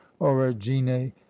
Origine